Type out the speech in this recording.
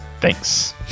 Thanks